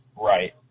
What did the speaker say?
Right